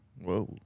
Whoa